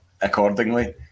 accordingly